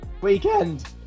weekend